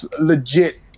legit